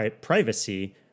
privacy